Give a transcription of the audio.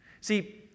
See